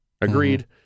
Agreed